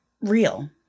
real